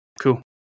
Cool